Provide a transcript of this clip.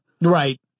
right